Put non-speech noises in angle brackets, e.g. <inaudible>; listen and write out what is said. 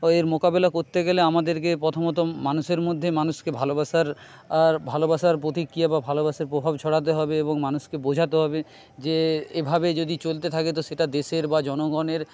<unintelligible> এর মোকাবিলা করতে গেলে আমাদেরকে প্রথমত মানুষের মধ্যে মানুষকে ভালোবাসার আর ভালোবাসার প্রতিক্রিয়া বা ভালোবাসার প্রভাব ছড়াতে হবে এবং মানুষকে বোঝাতে হবে যে এভাবে যদি চলতে থাকে তো সেটা দেশের বা জনগণের